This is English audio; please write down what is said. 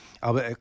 aber